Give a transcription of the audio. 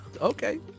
Okay